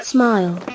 Smile